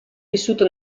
vissuto